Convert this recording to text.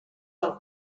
del